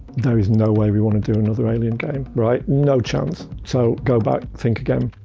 there is no way we want to do another alien game, right? no chance. so go back. think again.